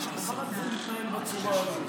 חבל שזה מתנהל בצורה הזו.